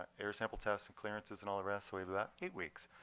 air sample tests and clearances and all the rest we have about eight weeks.